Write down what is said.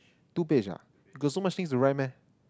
two page ah got so much things to write meh